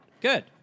Good